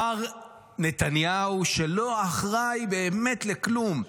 מר נתניהו, שלא אחראי באמת לכלום.